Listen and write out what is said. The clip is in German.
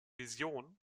vision